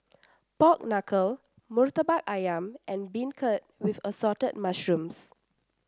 Pork Knuckle murtabak ayam and beancurd with Assorted Mushrooms